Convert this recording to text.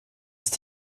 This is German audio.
ist